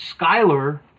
Skyler